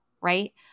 right